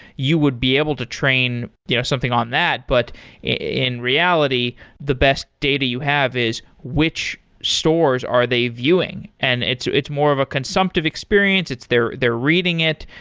you would be able to train you know something on that, but in reality the best data you have is which stores are they viewing and. it's it's more of a consumptive experience, they're they're reading it.